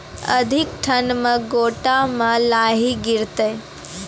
अधिक ठंड मे गोटा मे लाही गिरते?